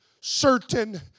certain